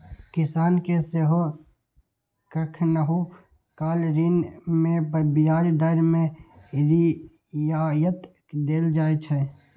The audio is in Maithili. किसान कें सेहो कखनहुं काल ऋण मे ब्याज दर मे रियायत देल जाइ छै